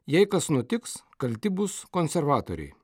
jei kas nutiks kalti bus konservatoriai